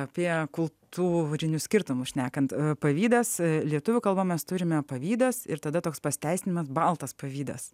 apie kultūrinius skirtumus šnekant pavydas lietuvių kalba mes turime pavydas ir tada toks pasiteisinimas baltas pavydas